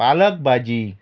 पालक भाजी